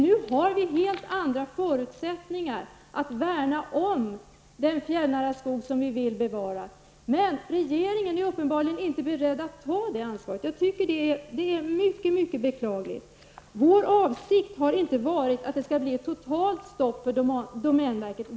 Nu har vi helt andra förutsättningar att värna om den fjällnära skog vi vill bevara. Men regeringen är uppenbarligen inte beredd att ta det ansvaret. Jag tycker detta är mycket beklagligt. Vår avsikt har inte varit att det skulle bli ett totalt stopp för domänverket.